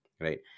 right